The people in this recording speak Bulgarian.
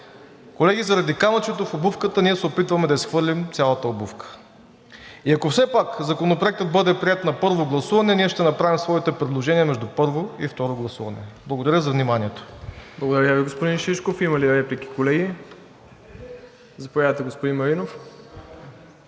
Колеги, заради камъчето в обувката ние се опитваме да изхвърлим цялата обувка. И ако все пак Законопроектът бъде приет на първо гласуване, ние ще направим своите предложения между първо и второ гласуване. Благодаря Ви за вниманието. ПРЕДСЕДАТЕЛ МИРОСЛАВ ИВАНОВ: Благодаря, господин Шишков. Колеги, има ли реплики? Заповядайте, господин Маринов